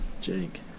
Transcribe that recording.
Jake